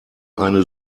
eine